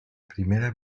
primera